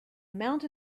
amount